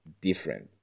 different